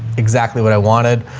exactly what i wanted.